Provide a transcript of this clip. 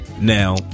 now